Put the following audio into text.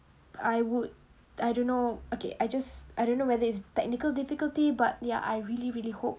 I would I don't know okay I just I don't know whether it's technical difficulty but ya I really really hope